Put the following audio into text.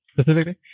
specifically